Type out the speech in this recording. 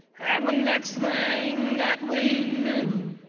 and the next thing that we knew,